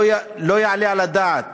לא יעלה על הדעת